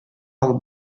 алып